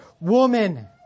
Woman